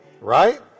Right